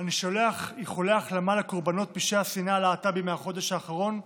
אני שולח איחולי החלמה לקורבנות פשעי השנאה הלהט"בים מהחודש האחרון,